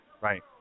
Right